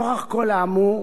נוכח כל האמור,